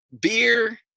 beer